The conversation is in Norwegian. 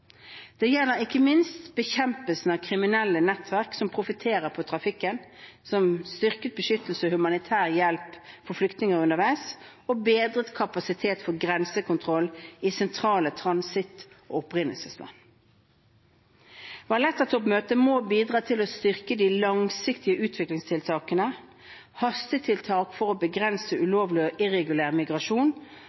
gjelder ikke minst bekjempelse av kriminelle nettverk som profitterer på trafikken, styrket beskyttelse og humanitær hjelp for flyktninger underveis, og bedret kapasitet for grensekontroll i sentrale transitt- og opprinnelsesland. Valletta-toppmøtet må bidra til å styrke de langsiktige utviklingstiltakene, hastetiltak for å begrense ulovlig og irregulær migrasjon